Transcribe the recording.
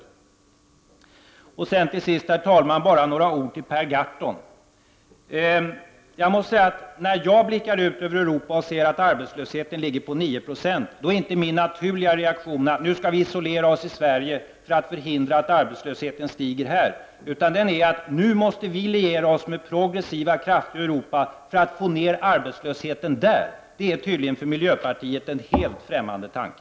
Herr talman! Till sist bara några ord till Per Gahrton. När jag blickar ut — Prot. 1989/90:80 över Europa och ser att arbetslösheten där ligger på 9 Jo blir inte min natur 7 mars 1990 liga reaktion att vi nu skall isolera oss i Sverige för att förhindra att arbetslös SA AREAN heten stiger även här. Min reaktion blir i stället att nu måste vi liera oss med Regeringsförklaring progressiva krafter i Europa för att få ned arbetslösheten där. Det är tydligen och partiledardebatt en för miljöpartiet helt ftämmande tanke.